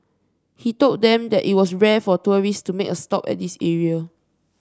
he told them that it was rare for tourists to make a stop at this area